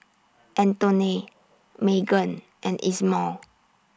Antoine Maegan and Ismael